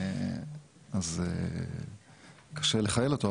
אז קשה לכייל אותו,